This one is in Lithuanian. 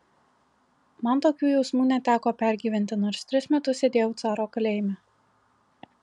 man tokių jausmų neteko pergyventi nors tris metus sėdėjau caro kalėjime